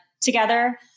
together